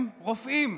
הם רופאים,